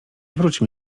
wróćmy